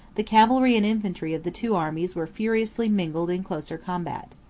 the cavalry and infantry of the two armies were furiously mingled in closer combat.